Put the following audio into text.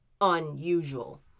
unusual